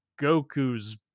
Goku's